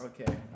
Okay